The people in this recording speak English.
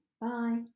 Bye